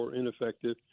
ineffective